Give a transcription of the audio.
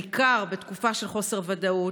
בעיקר בתקופה של חוסר ודאות,